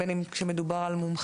בין אם מדובר על מומחים,